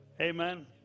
amen